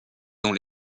dans